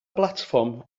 blatfform